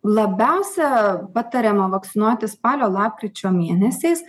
labiausia patariama vakcinuoti spalio lapkričio mėnesiais